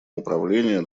управления